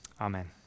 Amen